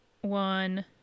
one